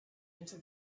into